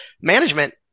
management